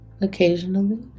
occasionally